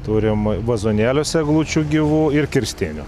turim vazonėliuose eglučių gyvų ir kirstinių